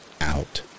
out